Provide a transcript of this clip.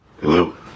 Hello